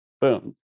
boom